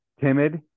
timid